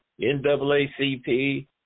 NAACP